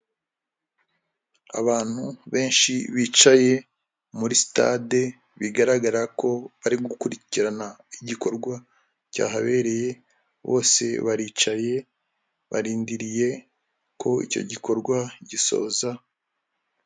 Abantu benshi bicaye muri sitade bigaragara ko bari gukurikirana igikorwa cyahabereye bose baricaye barindiriye ko icyo gikorwa gisoza.